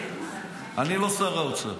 אני לא שר האוצר.